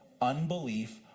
Unbelief